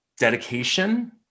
dedication